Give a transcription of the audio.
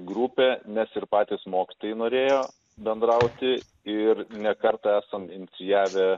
grupė nes ir patys mokytojai norėjo bendrauti ir ne kartą esam inicijavę